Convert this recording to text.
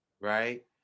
right